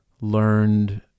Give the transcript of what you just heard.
learned